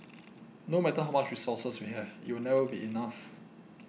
no matter how much resources we have it will never be enough